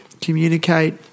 communicate